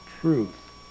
truth